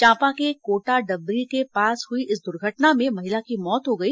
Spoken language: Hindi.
चांपा के कोटाडबरी के पास हुई इस दुर्घटना में महिला की मौत हो गई